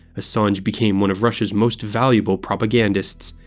assange became one of russia's most valuable propagandists.